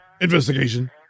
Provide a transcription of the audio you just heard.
investigation